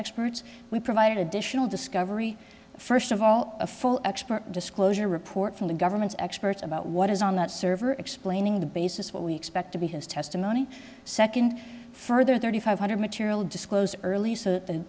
experts we provided additional discovery first of all a full expert disclosure report from the government's experts about what is on that server explaining the basis what we expect to be his testimony second further thirty five hundred material disclosed early so that the